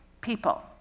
people